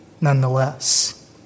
nonetheless